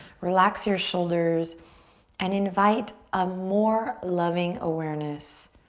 relax your shoulders and invite a more loving awareness